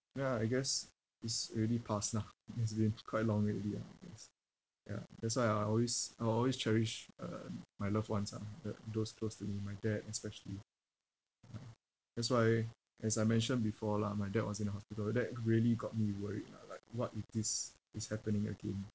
ya ya I guess it's already past lah it's been quite long already ah I guess ya that's why I always I always cherish um my loved ones ah the those close to me my dad especially ya that's why as I mentioned before lah my dad was in the hospital that really got me worried lah like what if this is happening again